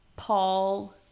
Paul